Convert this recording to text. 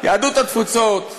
יהדות התפוצות,